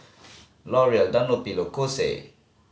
L'Oreal Dunlopillo Kose